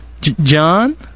John